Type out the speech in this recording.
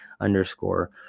underscore